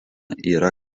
yra